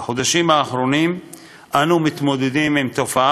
בחודשים האחרונים אנו מתמודדים עם תופעה